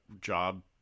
job